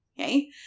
Okay